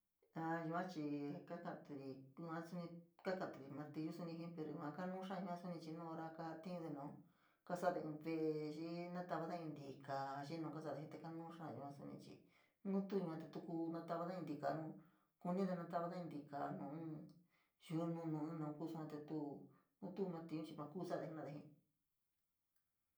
A yua chi ka’aturi yua suni kakaturi mortilu suni jii pero yua kanuu xaa yua suni chii nu ora kajatiunde nau, kasade jenade te kanuu xáá yua chii nu tu yua te tu kuu tavade in tikaa, kunide notavade in tikaa nu ín yunu nu naun kuu sua tuu nutuu martillu chii maa ku sade jenade.